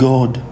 God